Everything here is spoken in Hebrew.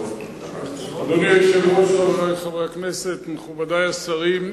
אדוני היושב-ראש, חברי חברי הכנסת, מכובדי השרים,